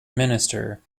minister